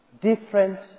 Different